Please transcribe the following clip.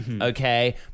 okay